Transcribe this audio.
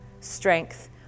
strength